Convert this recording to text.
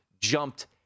jumped